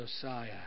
Josiah